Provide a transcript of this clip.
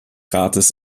rates